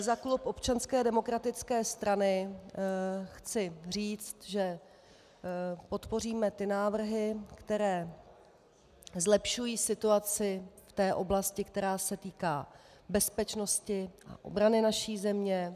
Za klub Občanské demokratické strany chci říct, že podpoříme ty návrhy, které zlepšují situaci v oblasti, která se týká bezpečnosti, obrany naší země.